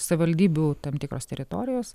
savivaldybių tam tikros teritorijos